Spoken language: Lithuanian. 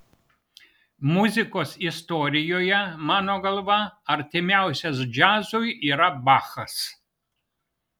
muzikos istorijoje mano galva artimiausias džiazui yra bachas